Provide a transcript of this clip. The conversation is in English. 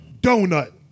Donut